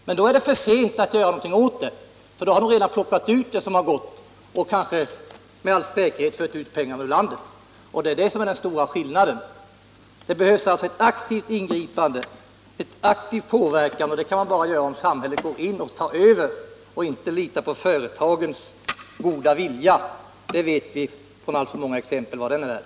Men då är det för sent, för då har de redan plockat ut de vinster som stått att göra och med all säkerhet fört ut pengarna ur landet. Det behövs alltså ett aktivt ingripande, och det kan man bara göra om samhället går in och tar över i stället för att lita på företagens goda vilja. Vi vet av alltför många exempel vad den är värd.